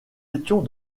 étions